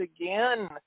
again